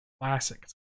classic